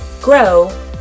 grow